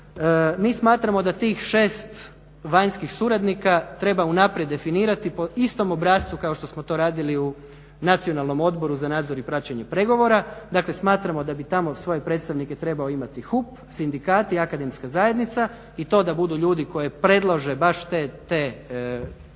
Mi smatramo da tih 6 vanjskih suradnika treba unaprijed definirati po istom obrascu kao što smo to radili u Nacionalnom odboru za nadzor i praćenje pregovora. Dakle, smatramo da bi tamo svoje predstavnike trebao imati HUP, sindikati i akademska zajednica. I to da budu ljudi koji predlože baš te grupacije,